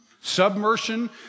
submersion